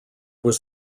was